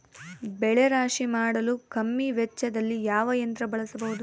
ಬೆಳೆ ರಾಶಿ ಮಾಡಲು ಕಮ್ಮಿ ವೆಚ್ಚದಲ್ಲಿ ಯಾವ ಯಂತ್ರ ಬಳಸಬಹುದು?